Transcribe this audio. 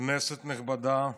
כנסת נכבדה,